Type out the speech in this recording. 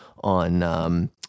on